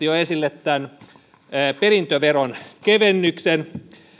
jo esille tämän perintöveron kevennyksen